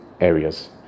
areas